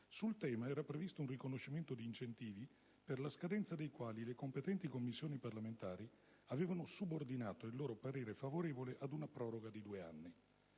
sul tema era previsto un riconoscimento di incentivi, rispetto ai quali le competenti Commissioni parlamentari avevano subordinato il loro parere favorevole ad una proroga di due anni.